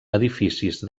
edificis